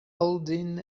holding